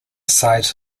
sides